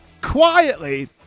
quietly